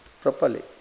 properly